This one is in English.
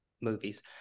movies